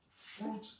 fruit